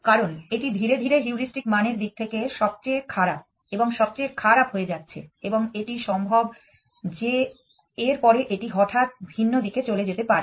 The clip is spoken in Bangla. কারণ এটি ধীরে ধীরে হিউরিস্টিক মানের দিক থেকে সবচেয়ে খারাপ এবং সবচেয়ে খারাপ হয়ে যাচ্ছে এবং এটি সম্ভব যে এর পরে এটি হঠাৎ ভিন্ন দিকে চলে যেতে পারে